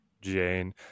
Jane